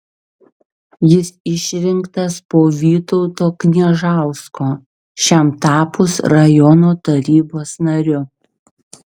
jis išrinktas po vytauto kniežausko šiam tapus rajono tarybos nariu